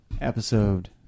Episode